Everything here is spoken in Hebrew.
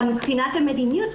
אבל מבחינת המדיניות,